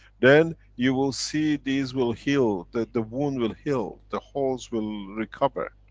then you will see these will heal, the the wounds will heal. the holes will recover.